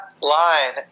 line